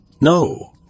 No